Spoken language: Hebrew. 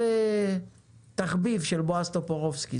זה תחביב של בועז טופורובסקי.